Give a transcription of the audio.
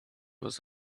was